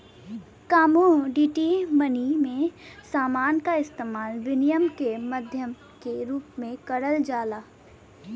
commodity money में समान क इस्तेमाल विनिमय के माध्यम के रूप में करल जाला